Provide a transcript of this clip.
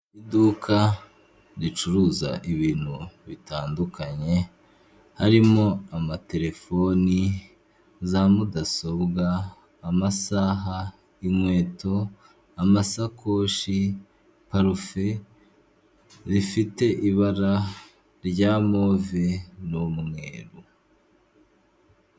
Iduka ricuruza ibintu bitandukanye harimo amaterefoni, za mudasobwa, amasaha, inkweto amasakoshi, parufe rifite ibara rya move n'umweru.